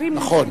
נכון.